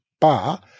bar